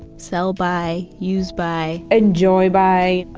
sell-by, use-by enjoy by.